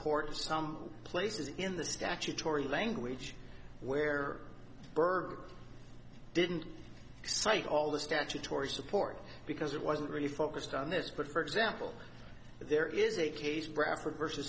court some places in the statutory language where burg i didn't cite all the statutory support because it wasn't really focused on this but for example there is a case bradford versus